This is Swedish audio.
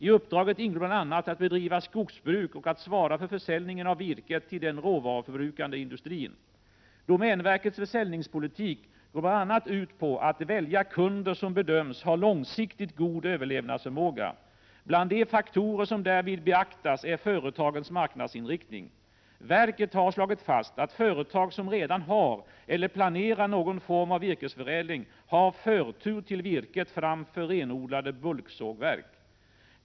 I uppdraget ingår bl.a. att bedriva skogsbruk och att svara för försäljningen av virket till den råvaruförbrukande industrin. Domänverkets försäljningspolitik går bl.a. ut på att välja kunder som bedöms ha långsiktigt god överlevnadsförmåga. Bland de faktorer som därvid beaktas är företagens marknadsinriktning. Verket har slagit fast att företag som redan har eller planerar någon form av virkesförädling har förtur till virket framför renodlade bulksågverk.